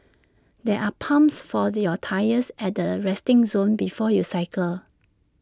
there are pumps for your tyres at the resting zone before you cycle